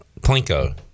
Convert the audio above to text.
plinko